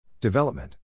Development